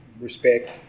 respect